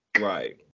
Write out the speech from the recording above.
right